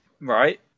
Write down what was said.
right